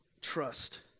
trust